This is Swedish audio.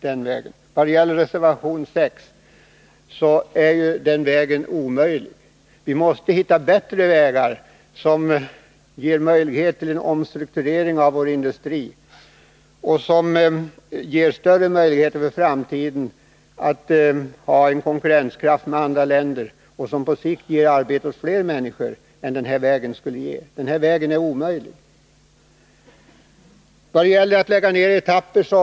Den lösning som rekommenderas i reservation 6 är emellertid omöjlig. Vi måste finna bättre vägar som möjliggör en omstrukturering av vår industri och som i framtiden gör det möjligt för oss att konkurrera med andra länder. På sikt skulle det ge mer arbetstillfällen än en lösning enligt reservation 6. Jag har också något berört förslaget att lägga ned i etapper.